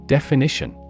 Definition